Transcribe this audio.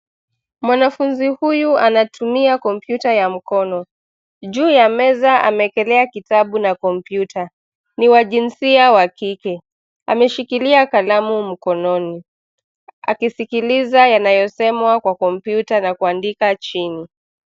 Mwanafunzi huyu anatumia kompyuta ya mkono. Juu ya meza ameekelea kitabu na kompyuta. Ni wa jinsia wa kike. Ameshikilia kalamu mkononi, akisikiliza yanayosemwa kwa kompyuta, na kuandika chini.